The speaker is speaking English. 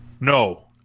No